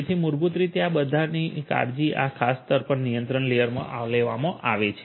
તેથી મૂળભૂત રીતે આ બધાની કાળજી આ ખાસ સ્તર પર નિયંત્રણ લેયરમાં લેવામાં આવે છે